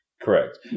correct